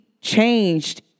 changed